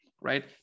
right